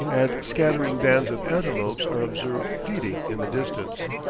and scattering bands of antelopes are observed feeding in the distance.